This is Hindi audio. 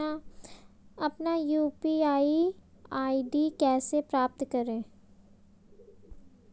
अपना यू.पी.आई आई.डी कैसे प्राप्त करें?